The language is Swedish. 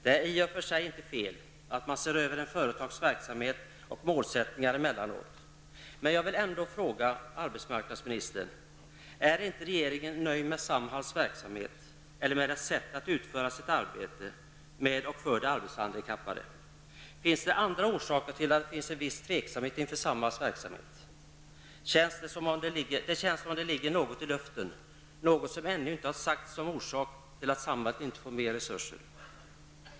Det är i och för sig inte fel att man emellanåt ser över ett företags verksamhet och målsättningar, men jag vill ändå fråga arbetsmarknadsministern: Är regeringen inte nöjd med Samhalls verksamhet eller med dess sätt att utföra sitt arbete med och för de arbetshandikappade? Finns det andra orsaker till att det finns en viss tveksamhet inför Samhalls verksamhet? Det känns som om det ligger något i luften, något som ännu inte har angetts som orsak till att Samhall inte får mer resurser.